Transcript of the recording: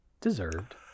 deserved